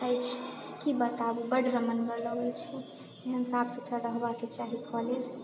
अछि कि बताबू बड रमणगर लागै छै एहन साफ सुथरा रहबाक चाही कॉलेज